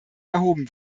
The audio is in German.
erhoben